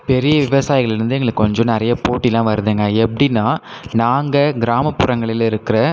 பெரிய விவசாயிகளிலேருந்து எங்களுக் கொஞ்சம் நிறைய போட்டிலாம் வருதுங்க எப்படின்னா நாங்கள் கிராமப்புறங்களில இருக்கிற